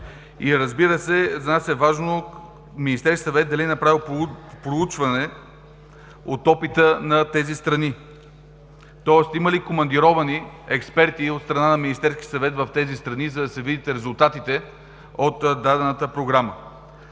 разбира се, Министерският съвет дали е направил проучване от опита на тези страни? Има ли командировани експерти от страна на Министерския съвет в тези страни, за да се видят резултатите от дадената програма?